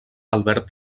albert